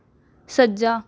ਸੱਜਾ